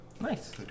Nice